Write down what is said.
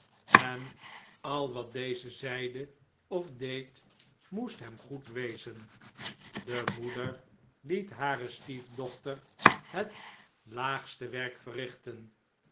en al wat deze zeide of deed moest hem goed wezen de moeder liet hare stiefdochter het laagste werk verrigten